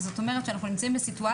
זאת אומרת שאנחנו נמצאים בסיטואציה